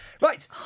Right